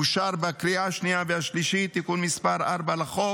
אושר בקריאה השנייה והשלישית תיקון מס' 4 לחוק,